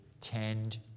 tend